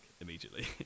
immediately